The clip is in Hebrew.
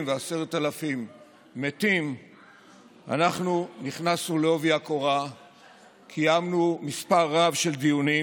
ו-10,000 מתים אנחנו נכנסו בעובי הקורה וקיימנו מספר רב של דיונים.